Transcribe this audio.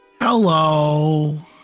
Hello